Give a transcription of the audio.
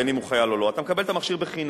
בין שהוא חייל או לא: אתה מקבל את המכשיר בחינם,